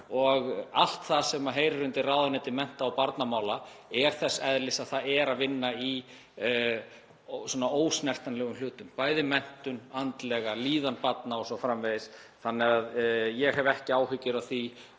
og allt það sem heyrir undir ráðuneyti mennta- og barnamála er þess eðlis að það er að vinna í svona ósnertanlegum hlutum, bæði menntun, andlegri líðan barna o.s.frv. Þannig að ég hef ekki áhyggjur af því